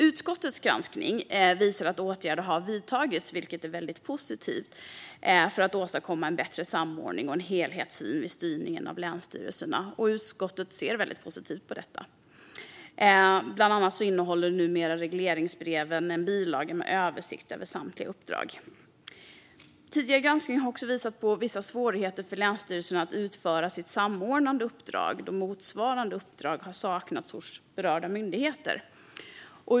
Utskottets granskning visar att åtgärder har vidtagits för att åstadkomma en bättre samordning och helhetssyn vid styrningen av länsstyrelserna, och utskottet ser väldigt positivt på detta. Bland annat innehåller regleringsbreven numera en bilaga med en översikt över samtliga uppdrag. Tidigare granskning har också visat på vissa svårigheter för länsstyrelserna att utföra sitt samordnande uppdrag, då motsvarande uppdrag har saknats hos berörda myndigheter.